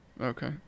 Okay